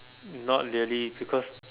not really because